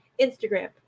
Instagram